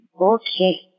okay